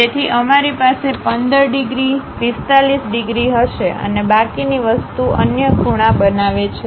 તેથી અમારી પાસે 15 ડિગ્રી 45 ડિગ્રી હશે અને બાકીની વસ્તુ અન્ય ખૂણા બનાવે છે